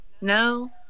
No